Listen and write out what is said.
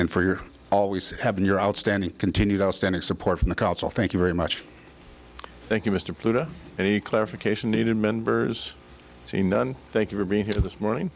and for your always having your outstanding continued outstanding support from the council thank you very much thank you mr pluta any clarification needed members say none thank you for being here this morning